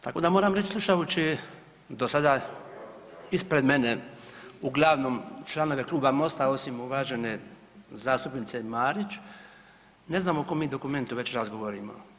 Tako da moram reći slušajući do sada ispred mene uglavnom članove kluba MOST-a osim uvažene zastupnice Marić, ne znam o kom mi dokumentu već razgovor imamo.